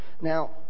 Now